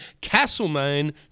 Castlemaine